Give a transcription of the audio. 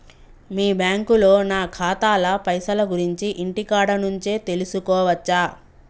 మీ బ్యాంకులో నా ఖాతాల పైసల గురించి ఇంటికాడ నుంచే తెలుసుకోవచ్చా?